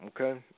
Okay